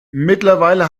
mittlerweile